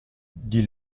dit